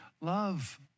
Love